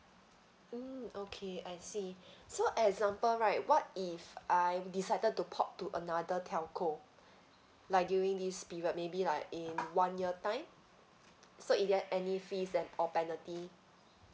mm okay I see so example right what if I decided to port to another telco like during this period maybe like in one year time so is there any fees then or penalty